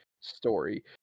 story